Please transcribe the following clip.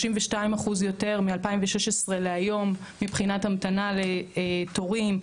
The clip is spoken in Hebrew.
32% יותר מ-2016 להיום מבחינת המתנה לתורים,